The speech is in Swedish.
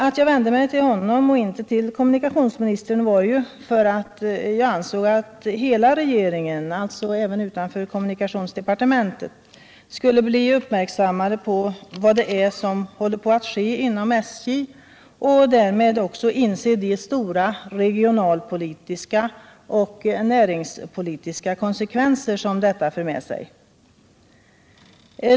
Att jag vände mig till honom och inte till kommunikationsministern var ju för att jag ansåg att hela regeringen, alltså även utanför kommunikationsdepartementet, skulle bli uppmärksammad på vad som håller på att ske inom SJ och därmed också inse de stora regionalpolitiska och näringspolitiska konsekvenser som detta för med sig.